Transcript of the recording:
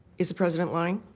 is the president lying?